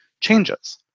changes